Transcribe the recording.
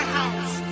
house